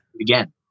again